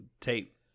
tape